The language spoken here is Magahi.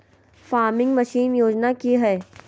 फार्मिंग मसीन योजना कि हैय?